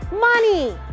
money